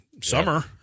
summer